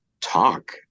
talk